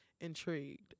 intrigued